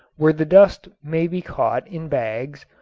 where the dust may be caught in bags,